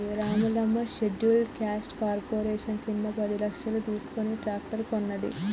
Ramulamma scheduled caste corporation కింద పది లక్షలు తీసుకుని ట్రాక్టర్ కొన్నది